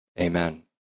Amen